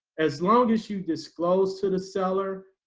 as long as you disclose to the seller,